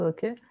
Okay